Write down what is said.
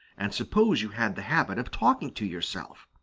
and suppose you had the habit of talking to yourself.